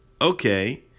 Okay